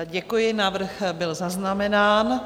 Děkuji, návrh byl zaznamenán.